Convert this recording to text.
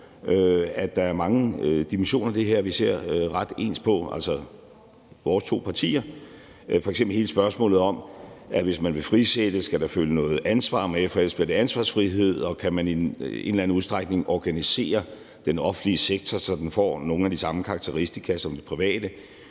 at der er mange dimensioner i det her, som vores to partier ser ret ens på, f.eks. hele spørgsmålet om, at hvis man vil frisætte, skal der følge noget ansvar med, for ellers bliver det ansvarsfrihed, og om man i en eller anden udstrækning kan organisere den offentlige sektor, så den får nogle af de samme karakteristika som den private